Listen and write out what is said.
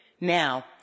Now